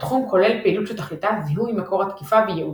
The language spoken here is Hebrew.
התחום כולל פעילות שתכליתה זיהוי מקור התקיפה וייעודה.